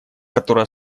который